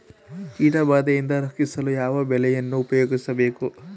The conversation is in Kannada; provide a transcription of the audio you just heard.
ಕೀಟಬಾದೆಯಿಂದ ರಕ್ಷಿಸಲು ಯಾವ ಬಲೆಯನ್ನು ಉಪಯೋಗಿಸಬೇಕು?